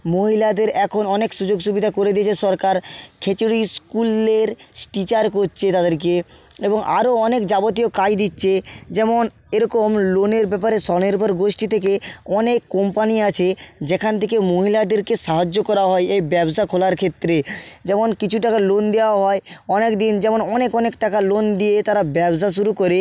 মহিলাদের এখন অনেক সুযোগ সুবিধা করে দিয়েছে সরকার খিচুড়ি স্কুলের টিচার করছে তাদেরকে এবং আরও অনেক যাবতীয় কাজ দিচ্ছে যেমন এরকম লোনের ব্যাপারে স্বনির্ভর গোষ্টী থেকে অনেক কোম্পানি আছে যেখান থেকে মহিলাদেরকে সাহায্য করা হয় এই ব্যবসা খোলার ক্ষেত্রে যেমন কিচু টাকা লোন দেওয়াও হয় অনেক দিন যেমন অনেক অনেক টাকা লোন দিয়ে তারা ব্যবসা শুরু করে